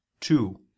two